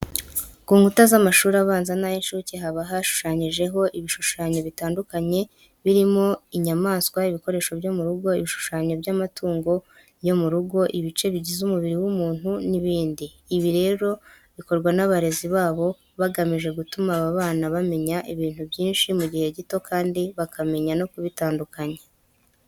Ku nkuta z'amashuri abanza n'ay'incuke haba hashushanyijeho ibishushanyo bitandukanye birimo inyamaswa, ibikoresho byo mu rugo, ibishushanyo by'amatungo yo mu rugo, ibice bigize umubiri w'umuntu n'ibindi. Ibi rero bikorwa n'abarezi babo bagamije gutuma aba bana bamenya ibintu byinshi mu gihe gito kandi bakamenya no kubitandukanya.